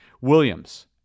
Williams